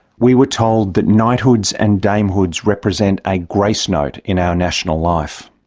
we were told that knighthoods and damehoods represent a grace note in our national life.